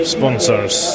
Sponsors